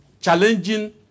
Challenging